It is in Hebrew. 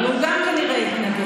אבל הוא גם כנראה יתנגד.